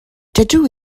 dydw